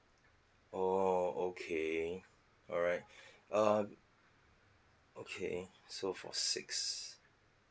oh okay alright um okay so for six